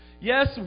Yes